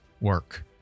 work